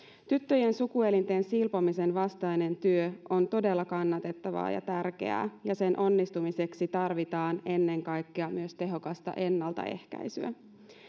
tyttöjen sukuelinten silpomisen vastainen työ on todella kannatettavaa ja tärkeää ja sen onnistumiseksi tarvitaan ennen kaikkea myös tehokasta ennaltaehkäisyä